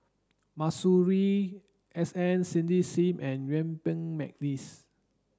Masuri S N Cindy Sim and Yuen Peng McNeice